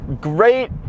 great